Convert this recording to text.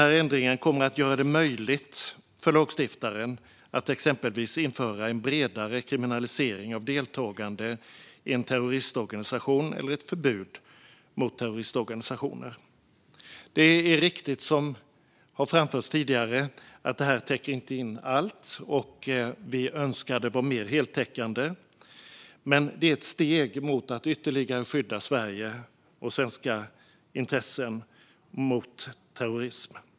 Ändringen kommer att göra det möjligt för lagstiftaren att exempelvis införa en bredare kriminalisering av deltagande i en terroristorganisation eller i ett förbud mot terroristorganisationer. Det är riktigt som har framförts tidigare att det här inte täcker in allt, och vi önskade vara mer heltäckande. Men det är ett steg mot att ytterligare skydda Sverige och svenska intressen mot terrorism.